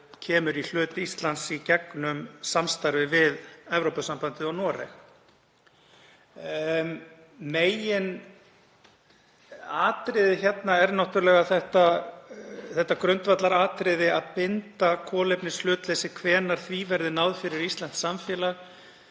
í hlut Íslands í gegnum samstarf við Evrópusambandið og Noreg. Meginatriðið er náttúrlega það grundvallaratriði að binda kolefnishlutleysi, hvenær því verði náð fyrir íslenskt samfélag,